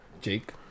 Jake